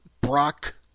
Brock